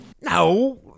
No